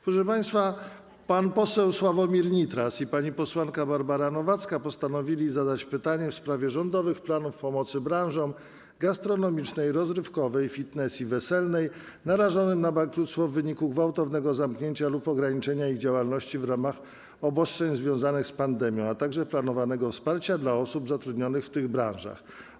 Proszę państwa, pan poseł Sławomir Nitras i pani posłanka Barbara Nowacka postanowili zadać pytanie w sprawie rządowych planów pomocy branżom: gastronomicznej, rozrywkowej, fitness i weselnej, narażonych na bankructwo w wyniku gwałtownego zamknięcia lub ograniczenia ich działalności w ramach obostrzeń związanych z pandemią, a także planowanego wsparcia dla osób zatrudnionych w tych branżach.